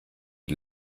die